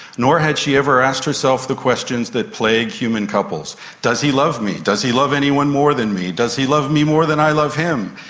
nor had she ever asked herself the questions that plague human couples does he love me, does he love anyone more than me, does he love me more than i love him?